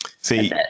See